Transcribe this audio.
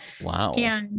Wow